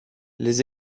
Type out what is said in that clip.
les